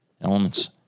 elements